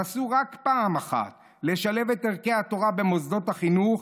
נסו רק פעם אחת לשלב את ערכי התורה במוסדות החינוך,